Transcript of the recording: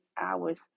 hours